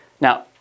Now